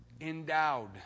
endowed